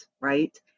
right